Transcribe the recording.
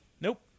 Nope